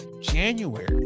January